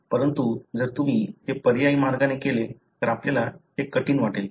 परंतु जर तुम्ही ते पर्यायी मार्गाने केले तर आपल्याला ते कठीण वाटेल